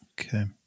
Okay